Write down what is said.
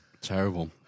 Terrible